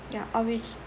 yeah origi~